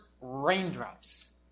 raindrops